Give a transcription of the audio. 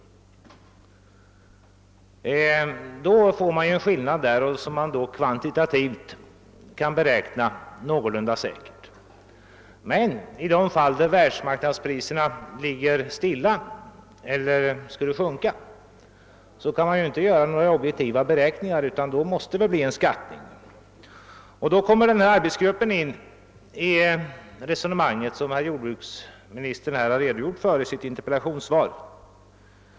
Då uppstår en skillnad, som man kvantitativt kan beräkna någorlunda säkert. Men i de fall då världsmarknadspriserna ligger stilla eller sjunker kan man inte göra några objektiva beräkningar, utan då måste det bli en skattning. Då kommer i resonemanget in den arbetsgrupp som jordbruksministern har redogjort för i sitt interpellationssvar.